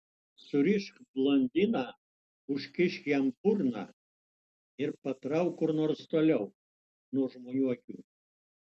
surišk blondiną užkišk jam burną ir patrauk kur nors toliau nuo žmonių akių